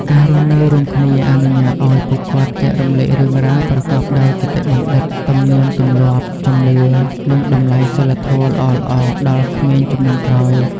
ការរស់នៅរួមគ្នាអនុញ្ញាតឲ្យពួកគាត់ចែករំលែករឿងរ៉ាវប្រកបដោយគតិបណ្ឌិត ទំនៀមទម្លាប់ ជំនឿ និងតម្លៃសីលធម៌ល្អៗដល់ក្មេងជំនាន់ក្រោយ។